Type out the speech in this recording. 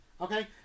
Okay